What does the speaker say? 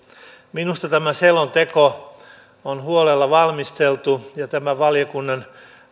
minusta tämä selonteko on huolella valmisteltu ja nämä valiokunnan